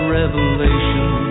revelation